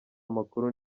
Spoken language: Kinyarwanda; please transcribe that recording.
amakuru